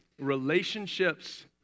Relationships